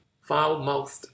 foul-mouthed